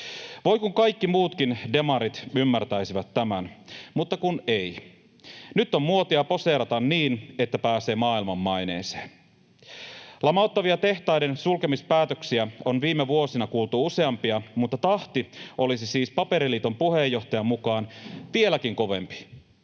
Voi kun kaikki muutkin demarit ymmärtäisivät tämän, mutta kun ei. Nyt on muotia poseerata niin, että pääsee maailmanmaineeseen. Lamauttavia tehtaiden sulkemispäätöksiä on viime vuosina kuultu useampia, mutta tahti olisi siis Paperiliiton puheenjohtajan mukaan vieläkin kovempi.